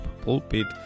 Pulpit